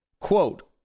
Quote